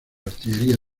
artillería